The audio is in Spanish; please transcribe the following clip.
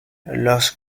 los